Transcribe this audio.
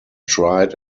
tried